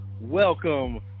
welcome